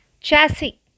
chassis